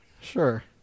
Sure